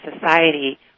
society